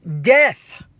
death